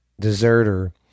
deserter